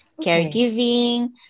caregiving